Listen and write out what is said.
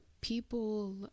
people